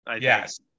Yes